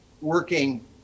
working